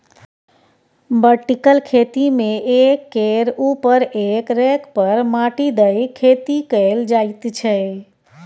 vertical खेती मे एक केर उपर एक रैक पर माटि दए खेती कएल जाइत छै